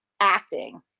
acting